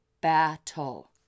battle